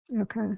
Okay